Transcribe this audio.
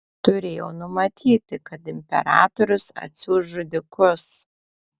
turėjau numatyti kad imperatorius atsiųs žudikus